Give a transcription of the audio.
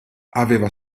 aveva